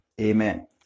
Amen